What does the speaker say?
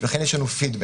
לכן יש לנו פידבק.